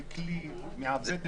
מי נגד?